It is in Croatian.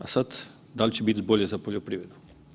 A sada da li će biti bolje za poljoprivredu?